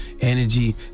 energy